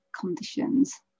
conditions